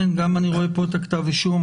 כן, גם אני רואה פה את כתב האישום.